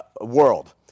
world